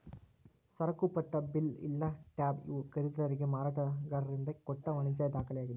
ಸರಕುಪಟ್ಟ bill ಇಲ್ಲಾ tab ಇವು ಖರೇದಿದಾರಿಗೆ ಮಾರಾಟಗಾರರಿಂದ ಕೊಟ್ಟ ವಾಣಿಜ್ಯ ದಾಖಲೆಯಾಗಿದೆ